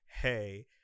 Hey